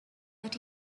that